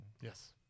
Yes